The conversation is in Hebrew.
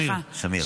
שמיר.